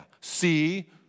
see